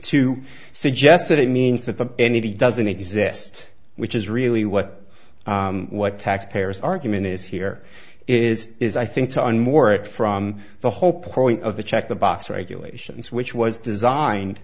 to suggest that it means that the n e p doesn't exist which is really what what tax payers argument is here is is i think to an more it from the whole point of the check the box regulations which was designed